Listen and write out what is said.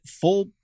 full